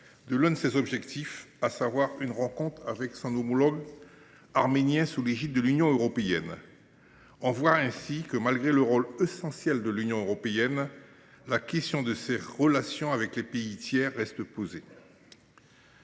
de l’un de ses objectifs, à savoir une rencontre avec son homologue arménien sous l’égide de l’Union européenne. Ainsi, malgré le rôle essentiel joué par cette dernière, la question de ses relations avec les pays tiers reste posée.